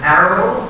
arrow